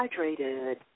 hydrated